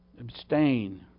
Abstain